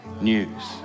news